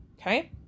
Okay